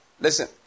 listen